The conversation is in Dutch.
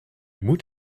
moet